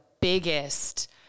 biggest